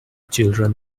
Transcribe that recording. children